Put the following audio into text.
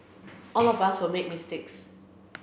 all of us will make mistakes